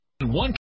One